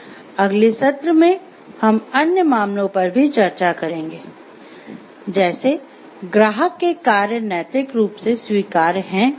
अगले सत्र में हम अन्य मामलों पर भी चर्चा करेंगे जैसे ग्राहक के कार्य नैतिक रूप से स्वीकार्य हैं या नहीं